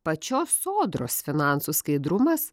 pačios sodros finansų skaidrumas